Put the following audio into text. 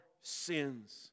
sins